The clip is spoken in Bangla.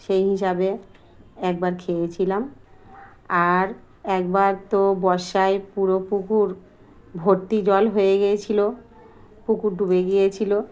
সেই হিসাবে একবার খেয়েছিলাম আর একবার তো বর্ষায় পুরো পুকুর ভর্তি জল হয়ে গিয়েছিলো পুকুর ডুবে গিয়েছিলো